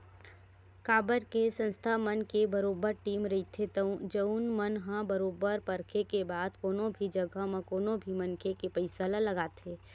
काबर के संस्था मन के बरोबर टीम रहिथे जउन मन ह बरोबर परखे के बाद कोनो भी जघा म कोनो भी मनखे के पइसा ल लगाथे